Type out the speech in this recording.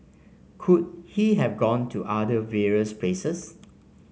could he have gone to other various places